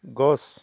গছ